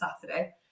saturday